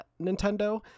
nintendo